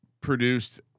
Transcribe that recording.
produced